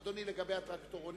אדוני, לגבי הטרקטורונים.